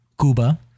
Cuba